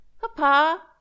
Papa